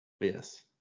Yes